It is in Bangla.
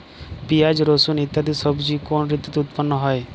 পিঁয়াজ রসুন ইত্যাদি সবজি কোন ঋতুতে উৎপন্ন হয়?